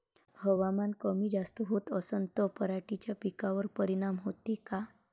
हवामान कमी जास्त होत असन त पराटीच्या पिकावर परिनाम होते का?